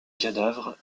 cadavre